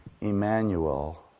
Emmanuel